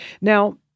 Now